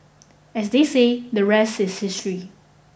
as they say the rest is history